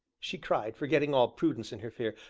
she cried, forgetting all prudence in her fear,